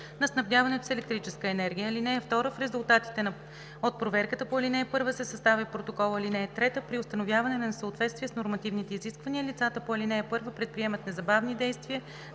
на снабдяването с електрическа енергия. (2) За резултатите от проверката по ал. 1 се съставя протокол. (3) При установяване на несъответствия с нормативните изисквания лицата по ал. 1 предприемат незабавни действия